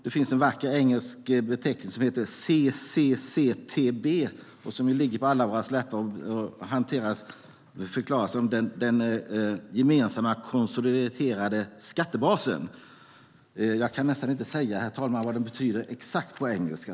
Det finns en vacker engelsk beteckning, CCCTB, och som ligger på allas våra läppar och förklaras som den gemensamma konsoliderade skattebasen. Jag kan inte säga exakt, herr talman, vad det betyder på engelska.